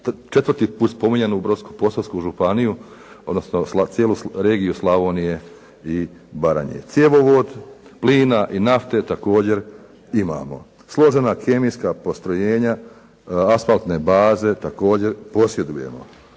četvrti puta spominjanu Brodsko-posavsku županiju, odnosno cijelu regiju Slavonije i Baranje. Cjevovod plina i nafte također imamo. Složena kemijska postrojenja, asfaltne baze također posjedujemo.